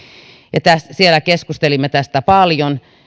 ja siellä keskustelimme tästä paljon